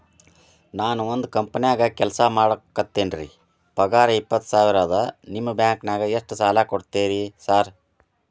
ನಾನ ಒಂದ್ ಕಂಪನ್ಯಾಗ ಕೆಲ್ಸ ಮಾಡಾಕತೇನಿರಿ ಪಗಾರ ಇಪ್ಪತ್ತ ಸಾವಿರ ಅದಾ ನಿಮ್ಮ ಬ್ಯಾಂಕಿನಾಗ ಎಷ್ಟ ಸಾಲ ಕೊಡ್ತೇರಿ ಸಾರ್?